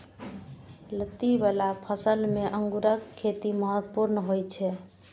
लत्ती बला फसल मे अंगूरक खेती महत्वपूर्ण होइ छै